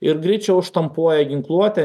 ir greičiau štampuoja ginkluotę